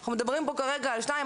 אנחנו מדברים פה כרגע על שתיים,